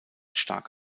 stark